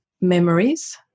memories